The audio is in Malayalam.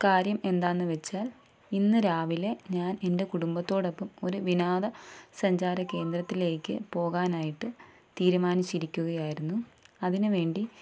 കാര്യം എന്താണെന്നുവച്ചാൽ ഇന്ന് രാവിലെ ഞാൻ എൻ്റെ കുടുംബത്തോടൊപ്പം ഒരു വിനോദ സഞ്ചാര കേന്ദ്രത്തിലേക്ക് പോകാനായിട്ട് തീരുമാനിച്ചിരിക്കുകയായിരുന്നു അതിനുവേണ്ടി